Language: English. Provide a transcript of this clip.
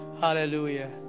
Hallelujah